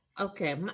Okay